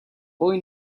boy